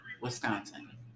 Wisconsin